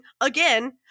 again